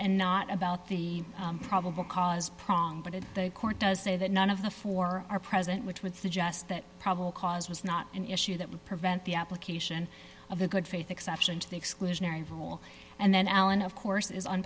and not about the probable cause prompted the court does say that none of the four are present which would suggest that probable cause was not an issue that would prevent the application of the good faith exception to the exclusionary rule and then allen of course is